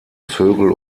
vögel